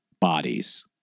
bodies